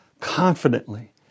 confidently